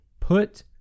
Put